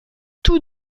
tous